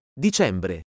dicembre